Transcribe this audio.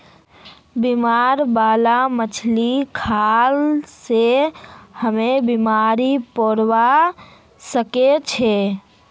बीमारी बाला मछली खाल से हमरो बीमार पोरवा सके छि